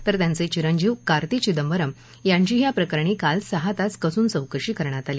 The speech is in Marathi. तर त्यांचे चिरंजीव कार्ती चिदंबरम यांचीही या प्रकरणी काल सहा तास कसून चौकशी करण्यात आली